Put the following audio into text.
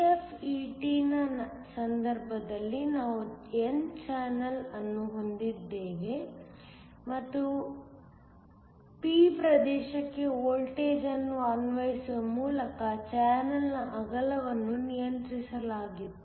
JFET ನ ಸಂದರ್ಭದಲ್ಲಿ ನಾವು n ಚಾನೆಲ್ ಅನ್ನು ಹೊಂದಿದ್ದೆವು ಮತ್ತು p ಪ್ರದೇಶಕ್ಕೆ ವೋಲ್ಟೇಜ್ ಅನ್ನು ಅನ್ವಯಿಸುವ ಮೂಲಕ ಚಾನಲ್ನ ಅಗಲವನ್ನು ನಿಯಂತ್ರಿಸಲಾಲಾಗಿತ್ತು